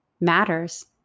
matters